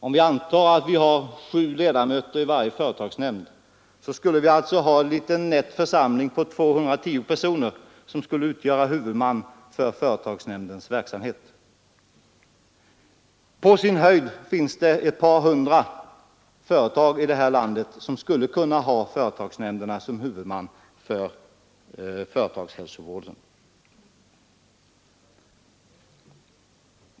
Om vi antar att det finns sju ledamöter i varje företagsnämnd, skulle det alltså bli en liten nätt församling på 210 personer, som skulle utgöra huvudmän för företagshälsovården. På sin höjd finns det ett par hundra företag i detta land som skulle kunna ha företagsnämnderna såsom huvudmän för företagshälsovården.